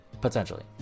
Potentially